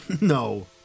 No